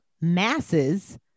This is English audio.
masses